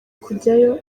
kujyayo